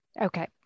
Okay